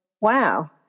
wow